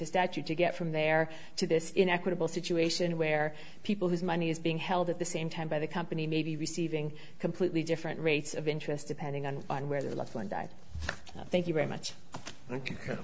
the statute to get from there to this inequitable situation where people whose money is being held at the same time by the company may be receiving completely different rates of interest depending on where their loved one died thank you very much ok